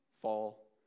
fall